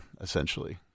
essentially